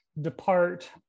depart